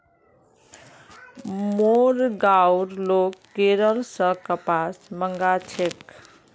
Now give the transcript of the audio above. मोर गांउर लोग केरल स कपास मंगा छेक